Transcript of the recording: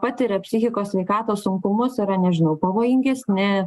patiria psichikos sveikatos sunkumus yra nežinau pavojingesni